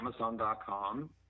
Amazon.com